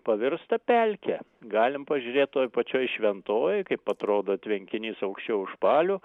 pavirsta pelke galim pažiūrėt toj pačioj šventojoj kaip atrodo tvenkinys aukščiau užpalių